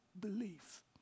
belief